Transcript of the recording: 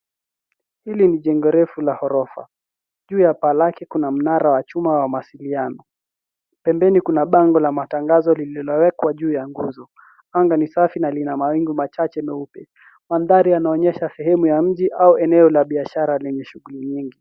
Hili ni jengo refu la gorofa. Juu ya paa lake kuna mnara wa chuma wa Mawasiliano. Pembeni kuna bango la matangazo lililowekwa juu ya nguzo. Anga ni safi na lina mawingu machache meupe. Mandhari yanaonyesha sehemu ya mji au eneo la biashara lenye shughuli nyingi.